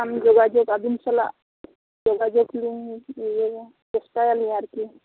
ᱮᱸᱰᱮᱠᱷᱟᱱ ᱡᱳᱜᱟᱡᱳᱜ ᱟᱹᱵᱤᱱ ᱥᱟᱞᱟᱜ ᱡᱳᱜᱟᱡᱳᱜ ᱞᱤᱧ ᱤᱭᱟᱹᱭᱟ ᱪᱮᱥᱴᱟᱭᱟᱞᱤᱧ ᱟᱨᱠᱤ